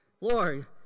Lord